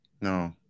No